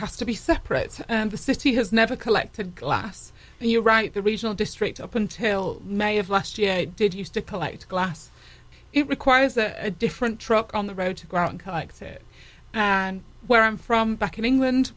has to be separate and the city has never collected glass and you're right the regional district up until may of last year i did used to collect glass it requires a different truck on the road to go out and collect it and where i'm from back in england